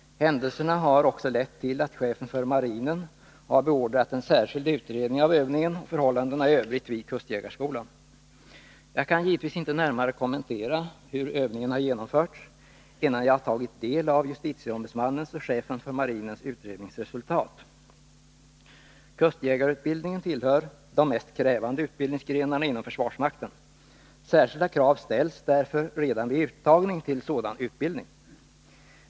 Händelserna har också lett till att chefen för marinen har beordrat en särskild utredning av övningen och förhållandena i övrigt vid kustjägarskolan. Jag kan givetvis inte närmare kommentera hur övningen har genomförts, innan jag tagit del av justitieombudsmannens och chefens för marinen utredningsresultat. Kustjägarutbildningen tillhör de mest krävande utbildningsgrenarna inom försvarsmakten. Särskilda krav ställs därför redan vid uttagning till sådan utbildning.